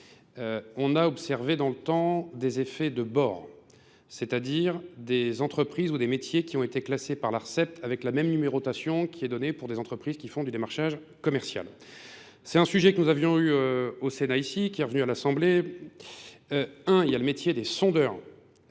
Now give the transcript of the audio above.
On a observé dans le temps des effets de bord, c'est-à-dire des entreprises ou des métiers qui ont été classés par la Recep avec la même numérotation qui est donnée pour des entreprises qui font du démarchage commercial. C'est un sujet que nous avions eu au Sénat ici, qui est revenu à l'Assemblée. Un, il y a le métier des sondeurs.